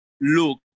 look